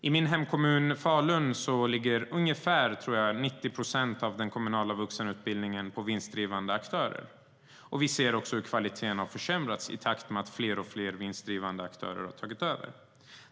I min hemkommun Falun utförs ungefär 90 procent av den kommunala vuxenutbildningen av vinstdrivande aktörer. Vi ser också att kvaliteten har försämrats i takt med att fler och fler vinstdrivande aktörer har tagit över.